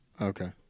Okay